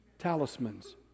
Talismans